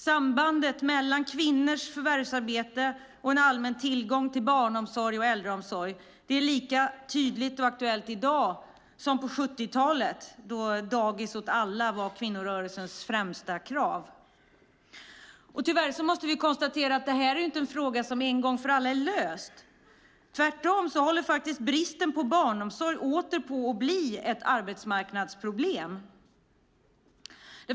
Sambandet mellan kvinnors förvärvsarbete och en allmän tillgång till barnomsorg och äldreomsorg är lika tydligt och aktuellt i dag som det var på 70-talet då dagis åt alla var kvinnorörelsens främsta krav. Tyvärr måste vi konstatera att det här inte är en fråga som en gång för alla är löst. Tvärtom håller bristen på barnomsorg åter på att bli ett arbetsmarknadsproblem.